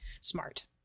smart